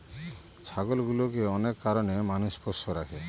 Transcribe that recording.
ছাগলগুলোকে অনেক কারনে মানুষ পোষ্য রাখে